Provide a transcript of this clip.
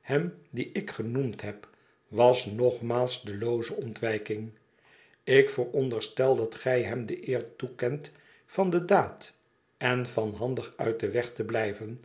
hem dien ik genoemd heb was nogmaals de looze ontwijking ik vooronderstel dat gij hem de eer toekendet van de daad en van handig uit den weg te blijven